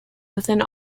within